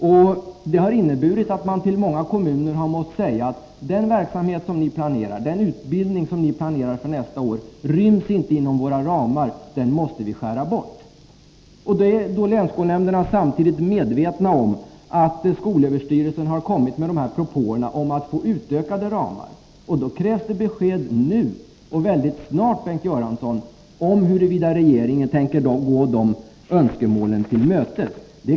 Och det har inneburit att man till många kommuner har måst säga: Den utbildning som ni planerar för nästa år ryms inte inom våra ramar — den måste vi skära bort. Men länsskolnämnderna är samtidigt medvetna om att skolöverstyrelsen har kommit med propåer om att få utökade ramar, och då krävs det besked nu och mycket snart, Bengt Göransson, om huruvida regeringen tänker gå det önskemålet till mötes.